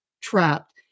trapped